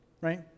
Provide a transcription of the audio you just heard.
Right